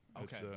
Okay